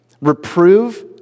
Reprove